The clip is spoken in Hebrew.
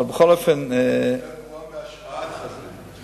יותר גרועה מהשפעת חזרת.